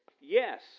Yes